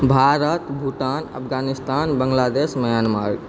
Bharat Bhutan Afghanistan Bangladesh Myanmar